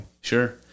Sure